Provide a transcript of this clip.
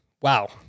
Wow